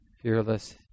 fearless